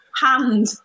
hand